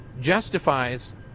justifies